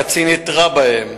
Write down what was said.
הקצין התרה בהם